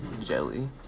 jelly